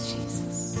Jesus